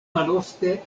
malofte